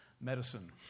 Medicine